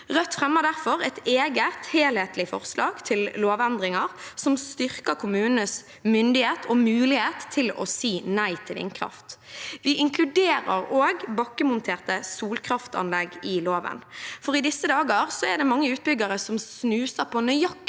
Rødt fremmer derfor et eget, helhetlig forslag til lovendringer som styrker kommunenes myndighet og mulighet til å si nei til vindkraft. Vi inkluderer også bakkemonterte solkraftanlegg i loven, for i disse dager er det mange utbyggere som snuser på nøyaktig